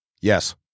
Yes